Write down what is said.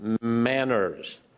manners